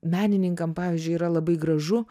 menininkam pavyzdžiui yra labai gražu